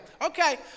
Okay